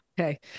Okay